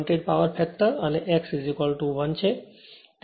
8 power factor અને x 1 છે